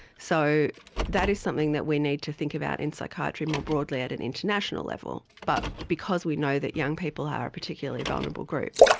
so that is something that we need to think about in psychiatry more broadly at an international level. but because we know that young people are a particularly vulnerable group,